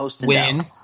Win